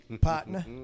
Partner